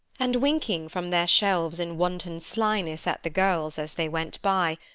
and winking from their shelves in wanton slyness at the girls as they went by,